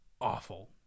awful